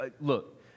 look